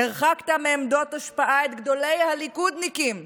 הרחקת מעמדות השפעה את גדולי הליכודניקים,